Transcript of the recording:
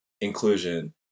inclusion